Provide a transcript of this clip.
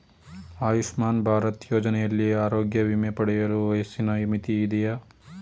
ಆಯುಷ್ಮಾನ್ ಭಾರತ್ ಯೋಜನೆಯಲ್ಲಿ ಆರೋಗ್ಯ ವಿಮೆ ಪಡೆಯಲು ವಯಸ್ಸಿನ ಮಿತಿ ಇದೆಯಾ?